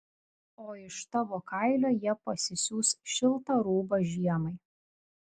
o iš tavo kailio jie pasisiūs šiltą rūbą žiemai